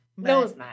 No